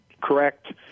correct